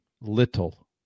little